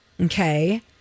okay